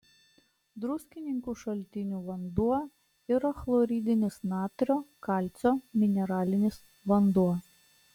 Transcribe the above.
druskininkų šaltinių vanduo yra chloridinis natrio kalcio mineralinis vanduo